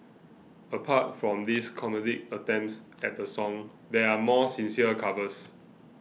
apart from these comedic attempts at the song there are more sincere covers